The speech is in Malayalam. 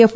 എഫ്